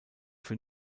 für